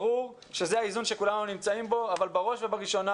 ברור שזה האיזון שכולנו נמצאים בו אבל בראש ובראשונה